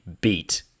beat